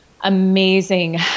amazing